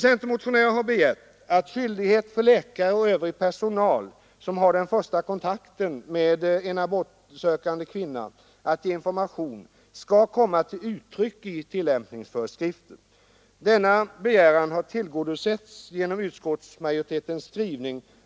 Centermotionärer har begärt att skyldigheten för läkare och övrig personal som har den första kontakten med en abortsökande kvinna att ge information skall komma till uttryck i tillämpningsföreskrifter. Denna begäran har tillgodosetts genom utskottsmajoritetens skrivning.